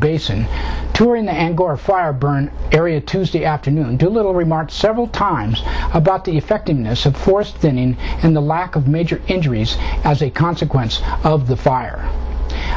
basin touring and gore fire burn area tuesday afternoon two little remarked several times about the effectiveness of force than in and the lack of major injuries as a consequence of the fire